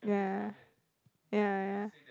ya ya ya